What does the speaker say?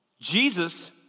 Jesus